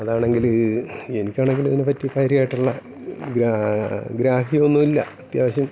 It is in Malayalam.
അതാണെങ്കിൽ എനിക്കാണെങ്കിലിതിനെപ്പറ്റി കാര്യമായിട്ടുള്ള ഗ്രാഹ്യോന്നും ഇല്ല അത്യാവശ്യം